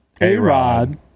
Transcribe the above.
A-Rod